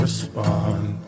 Respond